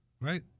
right